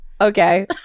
Okay